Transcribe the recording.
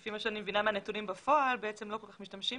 לפי מה שאני מבינה מהנתונים בפועל בעצם לא כל כך משתמשים